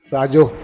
साजो॒